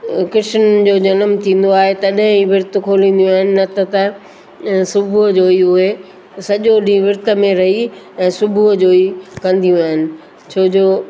कृष्न जो जनमु थींदो आहे तॾहिं ही विर्त खोलींदियूं आहिनि न त त सुबुह जो ही उहे सॼो ॾींहुं विर्त में रही ऐं सुबुह जो ही कंदियूं आहिनि छोजो